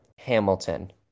hamilton